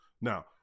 Now